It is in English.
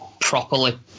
properly